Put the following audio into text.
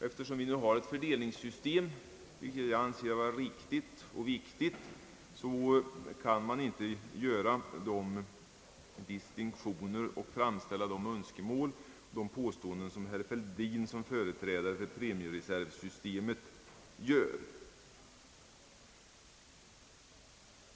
Eftersom vi nu har ett fördelningssystem, vilket jag anser vara riktigt och viktigt, kan man inte göra de distinktioner och framställa de önskemål som herr Fälldin gör som företrädare för premiereservsystemet.